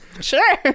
Sure